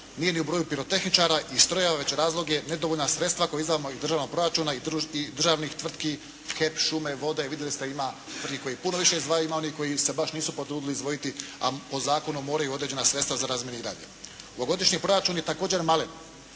nije ni u broju pirotehničara i strojeva, već razlog je nedovoljna sredstva koja izdvajamo iz državnog proračuna i državnih tvrtki HEP, Šume, Vode, vidjeli ste tvrtki koje više izdvajaju, ima onih koji se baš nisu potrudili izdvojiti, a po zakonu moraj određena sredstva za razminiranje. Ovogodišnji proračun je također malen